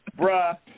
Bruh